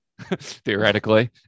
theoretically